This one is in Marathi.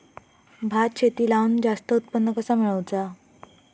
भात शेती लावण जास्त उत्पन्न कसा मेळवचा?